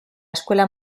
escuela